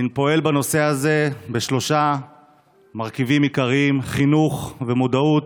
אני פועל בנושא הזה בשלושה מרכיבים עיקריים :חינוך ומודעות,